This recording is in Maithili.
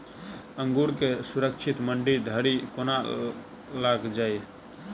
अंगूर केँ सुरक्षित मंडी धरि कोना लकऽ जाय?